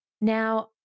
Now